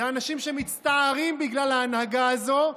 אלה אנשים שמצטערים בגלל ההנהגה הזאת,